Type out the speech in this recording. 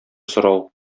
сорау